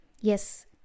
Yes